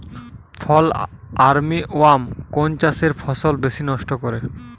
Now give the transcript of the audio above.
ফল army worm কোন চাষের ফসল বেশি নষ্ট করে?